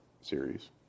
series